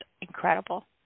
incredible